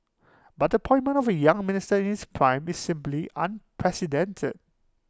but the appointment of A young minister in his prime is simply unprecedented